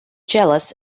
jealous